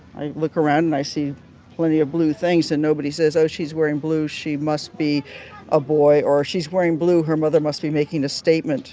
i look around, and i see plenty of blue things. and nobody says, oh, she's wearing blue. she must be a boy. or she's wearing blue, her mother must be making a statement